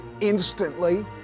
instantly